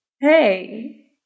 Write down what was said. hey